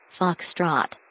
Foxtrot